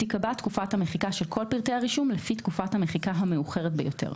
תיקבע תקופת המחיקה של כל פרטי הרישום לפי תקופת המחיקה המאוחרת ביותר.